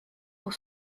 pour